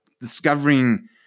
discovering